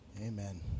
Amen